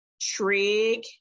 trig